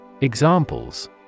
Examples